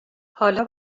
حالا